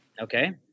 Okay